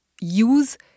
use